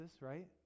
right